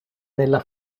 nella